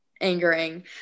angering